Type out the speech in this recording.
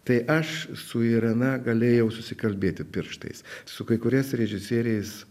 tai aš su irena galėjau susikalbėti pirštais su kai kuriais režisieriais